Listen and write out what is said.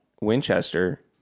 Winchester